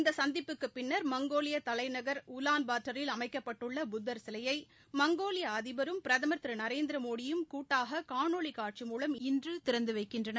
இந்த சந்திப்புக்குப் பின்னா் மங்கோலிய தலைநகர் உலான்பாட்டரில் அமைக்கப்பட்டுள்ள புத்தர் சிலைய மங்கோலிய அதிபரும் பிரதமர் திரு நரேந்திரமோடியும் கூட்டாக காணொலி மூலம் இன்று திறந்து வைக்கின்றனர்